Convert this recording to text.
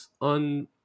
on